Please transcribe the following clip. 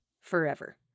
forever